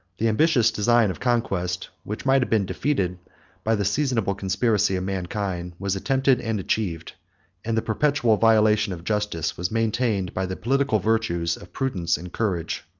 the ambitious design of conquest, which might have been defeated by the seasonable conspiracy of mankind, was attempted and achieved and the perpetual violation of justice was maintained by the political virtues of prudence and courage.